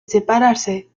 separarse